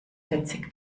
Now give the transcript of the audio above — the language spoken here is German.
vierzig